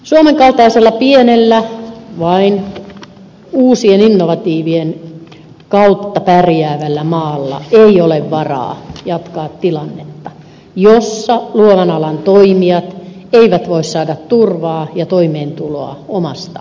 suomen kaltaisella pienellä vain uusien innovaatioiden kautta pärjäävällä maalla ei ole varaa jatkaa tilannetta jossa luovan alan toimijat eivät voi saada turvaa ja toimeentuloa omasta työstään